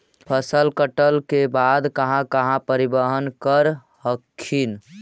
फसल कटल के बाद कहा कहा परिबहन कर हखिन?